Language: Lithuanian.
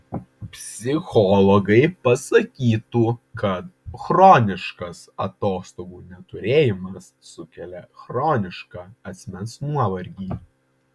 psichologai pasakytų kad chroniškas atostogų neturėjimas sukelia chronišką asmens nuovargį